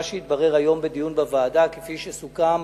מה שהתברר היום בדיון בוועדה, כפי שסוכם